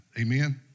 Amen